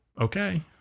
okay